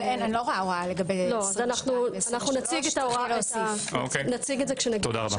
אנחנו נציג את זה כשנגיע לשם.